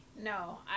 no